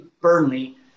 Burnley